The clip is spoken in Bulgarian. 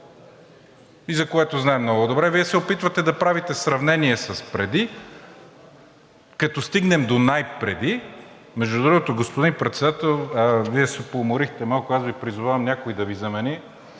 за което знаем много добре? Вие се опитвате да правите сравнение с преди, като стигнем до най-преди. Между другото, господин Председател, Вие се поуморихте малко – аз Ви призовавам някой да Ви замени,